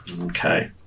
Okay